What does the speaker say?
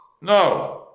No